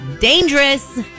dangerous